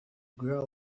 grow